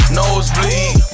nosebleed